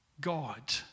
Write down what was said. God